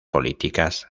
políticas